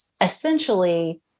essentially